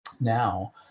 now